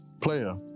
player